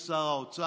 אדוני שר האוצר,